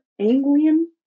Anglian